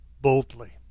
boldly